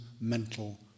mental